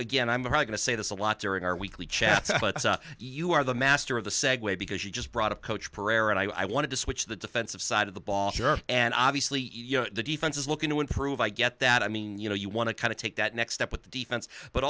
again i'm going to say this a lot during our weekly chat but you are the master of the segue because you just brought a coach pereira and i want to switch the defensive side of the ball sure and obviously you know the defense is looking to improve i get that i mean you know you want to kind of take that next step with the defense but